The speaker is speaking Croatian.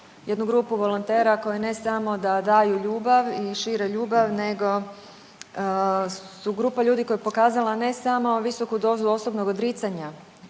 jednu grupu volontera koji ne samo da daju ljubav i šire ljubav nego su grupa ljudi koja je pokazala ne samo visoku dozu osobnog odricanja